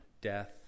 death